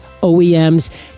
OEMs